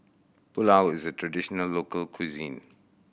pulao is a traditional local cuisine